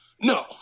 No